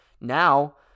now